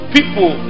People